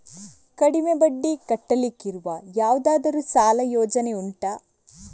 ಕಡಿಮೆ ಬಡ್ಡಿ ಕಟ್ಟಲಿಕ್ಕಿರುವ ಯಾವುದಾದರೂ ಸಾಲ ಯೋಜನೆ ಉಂಟಾ